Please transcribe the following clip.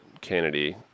Kennedy